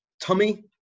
tummy